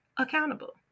accountable